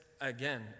again